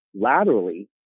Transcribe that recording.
laterally